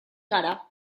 gara